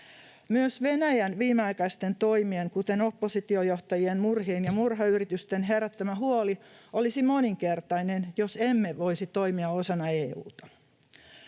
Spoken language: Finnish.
Myös Venäjän viimeaikaisten toimien, kuten oppositiojohtajien murhien ja murhayritysten, herättämä huoli olisi moninkertainen, jos emme voisi toimia osana EU:ta.